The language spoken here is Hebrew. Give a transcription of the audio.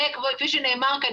וכפי שנאמר כאן,